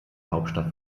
hauptstadt